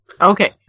Okay